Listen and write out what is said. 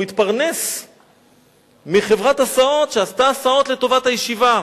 הוא התפרנס מחברת הסעות שעשתה הסעות לטובת הישיבה,